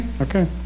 Okay